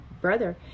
brother